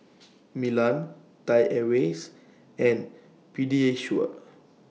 Milan Thai Airways and Pediasure